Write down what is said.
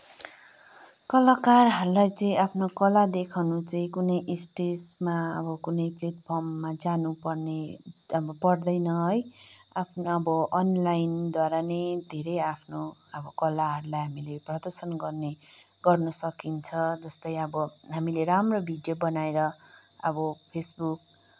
कलाकारहरूलाई चाहिँ आफ्नो कला देखाउन चाहिँ कुनै स्टेजमा अब कुनै प्लेटफर्ममा जानुपर्ने अब पर्दैन है आफ्नो अब अनलाइनद्वारा नै धेरै आफ्नो अब कलाहरूलाई हामीले प्रदर्शन गर्ने गर्न सकिन्छ जस्तै अब हामीले राम्रो भिडियो बनाएर अब फेसबुक